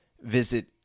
visit